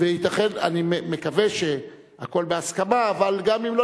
הרווחה והבריאות לשם הכנתה לקריאה שנייה